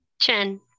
Chen